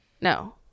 No